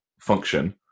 function